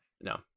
No